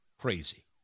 crazy